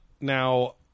Now